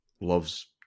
Loves